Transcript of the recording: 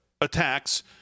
attacks